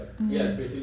mm